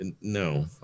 No